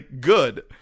good